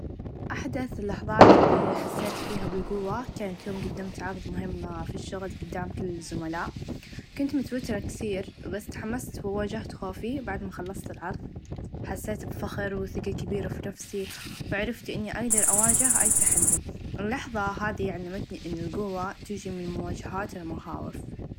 أحدث لحظات إلي حسيت فيها بالقوه كان يوم قدمت عرض مهم في الشغل قدام كل الزملاء كنت متوتره كثير بس تحمست و واچهت خوفي بعد ما خلصت العرض حسيت بفخر و ثقه كبيره في نفسي و عرفت إني أقدر أواچه أي تحدي اللحظه هاذي علمتني إن القوه تچي من مواچهات المخاوف.